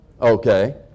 Okay